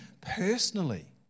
personally